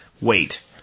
wait